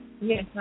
Yes